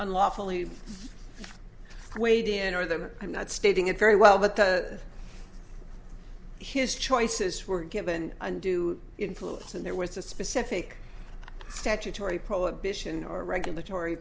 unlawfully weighed in or them i'm not stating it very well but the his choices were given undue influence and there was a specific statutory prohibition or regulatory